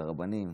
את הרבנים.